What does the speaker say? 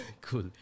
Cool